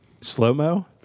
slow-mo